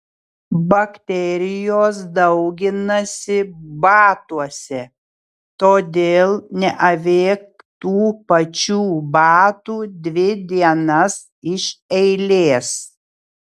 bakterijos dauginasi batuose todėl neavėk tų pačių batų dvi dienas iš eilės